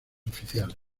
oficiales